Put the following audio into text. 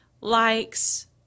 likes